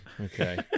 Okay